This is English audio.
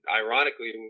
ironically